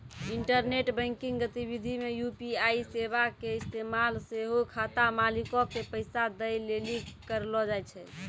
internet banking गतिविधि मे UPI सेबा के इस्तेमाल सेहो खाता मालिको के पैसा दै लेली करलो जाय छै